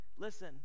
listen